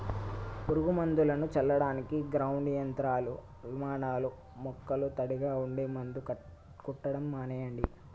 పురుగు మందులను చల్లడానికి గ్రౌండ్ యంత్రాలు, విమానాలూ మొక్కలు తడిగా ఉంటే మందు కొట్టడం మానెయ్యండి